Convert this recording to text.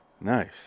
Nice